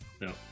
no